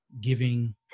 giving